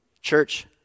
church